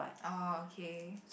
oh okay